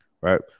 Right